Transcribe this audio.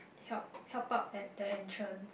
help help out at the entrance